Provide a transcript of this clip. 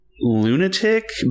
lunatic